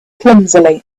clumsily